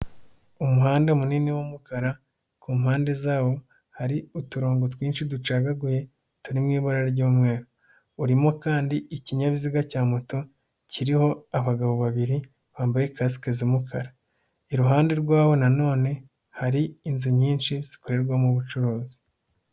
Umuhanda munini w'umukara ku mpande zawo hari uturongo twinshi ducagaguye turi mu ibara ry'umweru, urimo kandi ikinyabiziga cya moto kiriho abagabo babiri bambaye kasike z'umukara, iruhande rwaho nanone hari inzu nyinshi zikorerwamo ubucuruzi.